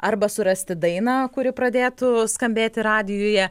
arba surasti dainą kuri pradėtų skambėti radijuje